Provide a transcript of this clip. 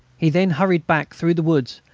he then hurried back through the woods,